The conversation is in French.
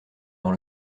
dans